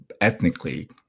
ethnically